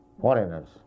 foreigners